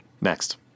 Next